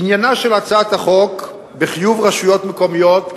עניינה של הצעת החוק בחיוב רשויות מקומיות,